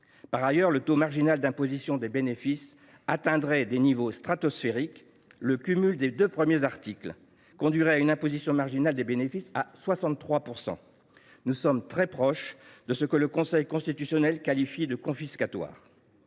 Par ailleurs, le taux marginal d’imposition des bénéfices atteindrait des niveaux stratosphériques : le cumul des deux premiers articles conduirait à une imposition marginale des bénéfices de 63 %. Nous sommes très proches du seuil que le Conseil constitutionnel qualifie de « confiscatoire